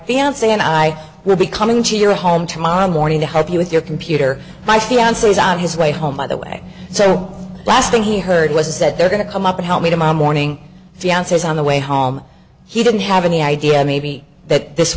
fiance and i will be coming to your home tomorrow morning to help you with your computer my fiance is on his way home by the way so last thing he heard was that they're going to come up and help me tomorrow morning fiance is on the way home he didn't have any idea maybe that this